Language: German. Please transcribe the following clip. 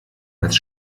als